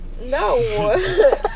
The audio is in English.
No